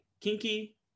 Kinky